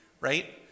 right